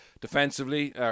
defensively